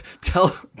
tell